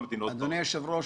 היושב-ראש,